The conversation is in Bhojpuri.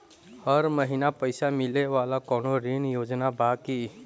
हर महीना पइसा मिले वाला कवनो ऋण योजना बा की?